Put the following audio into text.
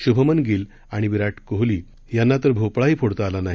शुभमन गिल आणि विराट कोहली यांना तर भोपळाही फोडता आला नाही